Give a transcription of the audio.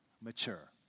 mature